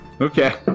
Okay